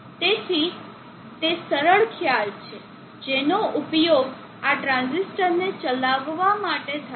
તેથી તે સરળ ખ્યાલ છે જેનો ઉપયોગ આ ટ્રાંઝિસ્ટરને ચલાવવા માટે થાય છે